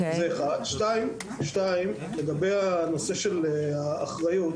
לגבי הנושא של האחריות,